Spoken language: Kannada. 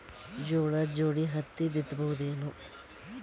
ಜೋಳದ ಜೋಡಿ ಹತ್ತಿ ಬಿತ್ತ ಬಹುದೇನು?